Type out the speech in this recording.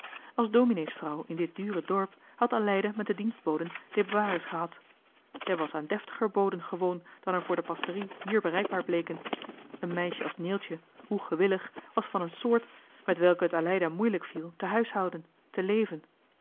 als domineesvrouw in dit dure dorp had aleida met de dienstboden déboires gehad zij was aan deftiger boden gewoon dan er voor de pastorie hier bereikbaar bleken een meisje als neeltje hoe gewillig was van eene soort met welke het aleida moeilijk viel te huishouden te leven